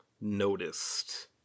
noticed